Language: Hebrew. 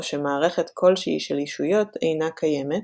או שמערכת כלשהי של ישויות אינה קיימת,